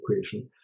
equation